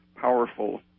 powerful